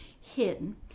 hidden